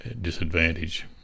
disadvantage